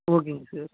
ஓகேங்க சார்